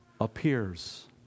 appears